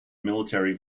military